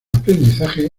aprendizaje